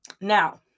Now